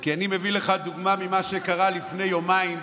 כי אני מביא לך דוגמה ממה שקרה לפני יומיים,